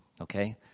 Okay